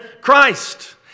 Christ